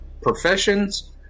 professions